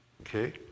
Okay